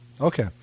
Okay